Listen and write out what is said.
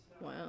Wow